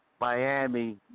Miami